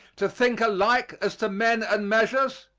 to think alike as to men and measures?